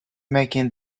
making